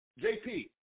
JP